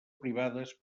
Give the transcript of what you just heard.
privades